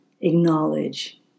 acknowledge